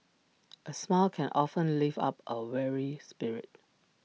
A smile can often lift up A weary spirit